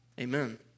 Amen